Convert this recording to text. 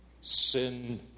sin